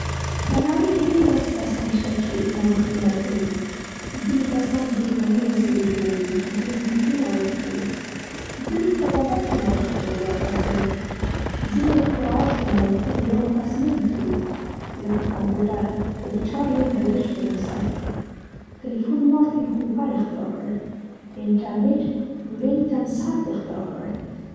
په نړۍ کې ډېر داسې کسان شته چې نوښتونه کوي. ځینې کسان برېښنايي وسیلې جوړوي، ځینې فکري نوښت کوي، ځینې په طبابت کې نوښت کوي او داسې نور. ځینې اختراعات یا نوښتونه یوه کس نه وي کړي لکه کمپيوټر خو د چارلز بېبېج په نوم ثبت دی. تلیفون مارتین کوپر اختراع کړی. انټرنټ ونتن سرف اختراع کړی.